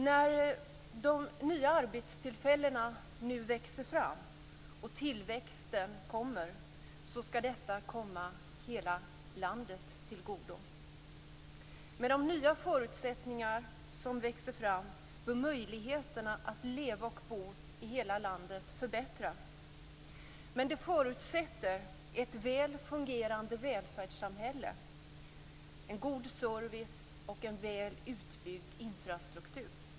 När de nya arbetstillfällena nu växer fram och tillväxten kommer, skall detta komma hela landet till godo med de nya förutsättningar som växer fram då möjligheterna att leva och bo i hela landet förbättras. Men det förutsätter ett väl fungerande välfärdssamhälle, en god service och en väl utbyggd infrastruktur.